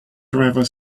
driver